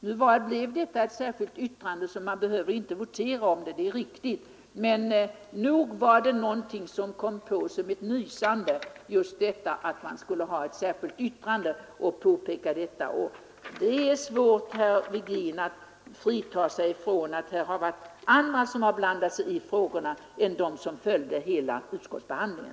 Nu blev det ett särskilt yttrande, så man behöver inte votera i frågan — det är riktigt — men nog var väl tanken att göra vissa påpekanden i ett särskilt yttrande något som kom på som ett nysande. Det är svårt, herr Virgin, att fria sig från misstanken att det har varit andra som blandat sig i frågorna än de som deltog i hela utskottsbehandlingen.